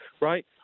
right